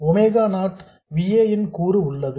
omega நாட் ல் V a ன் கூறு உள்ளது